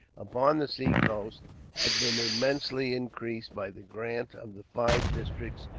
upon the seacoast, had been immensely increased by the grant of the five districts,